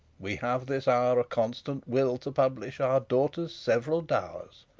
we have this hour a constant will to publish our daughters' several dowers,